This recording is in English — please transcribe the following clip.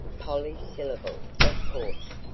polly syllable, of course,